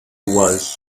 was